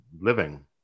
living